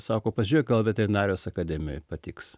sako pažėk gal veterinarijos akademijoj patiks